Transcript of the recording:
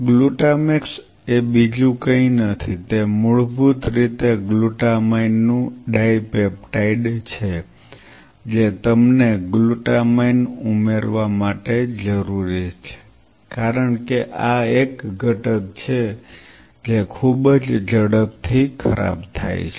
GlutaMAX એ બીજું કંઈ નથી તે મૂળભૂત રીતે ગ્લુટામાઇન નું ડાઇપેપ્ટાઇડ છે જે તમને ગ્લુટામાઇન ઉમેરવા માટે જરૂરી છે કારણ કે આ એક ઘટક છે જે ખૂબ જ ઝડપથી ખરાબ થાય છે